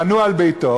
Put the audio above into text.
בנו על ביתו,